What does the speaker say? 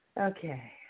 Okay